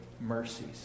mercies